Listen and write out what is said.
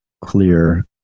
clear